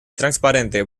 transparente